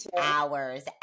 hours